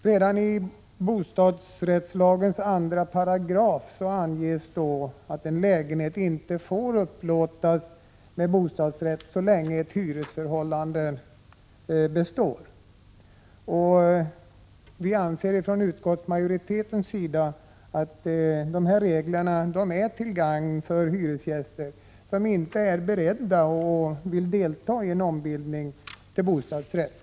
Redan i bostadsrättslagen 2 § anges att en lägenhet inte får upplåtas med bostadsrätt så länge ett hyresförhållande består. Från utskottsmajoritetens sida anser vi att dessa regler är till gagn för de hyresgäster som inte är beredda och inte vill delta i en ombildning till bostadsrätter.